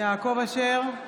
יעקב אשר,